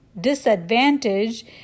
disadvantage